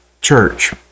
church